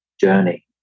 journey